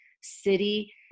city